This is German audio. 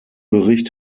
bericht